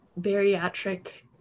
bariatric